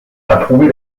approuver